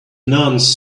nuns